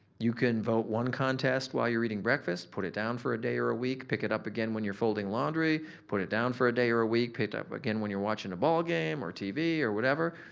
you can vote one contest while you're eating breakfast, put it down for a day or a week, pick it up again when you're folding laundry, put it down for a day or a week, pick it up again when you're watching a ballgame or tv or whatever.